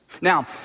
Now